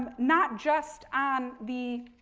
um not just on the